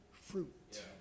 fruit